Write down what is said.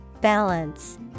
Balance